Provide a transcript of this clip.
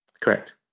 Correct